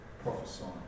prophesying